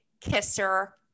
kisser